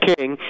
King